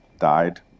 died